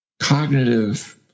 cognitive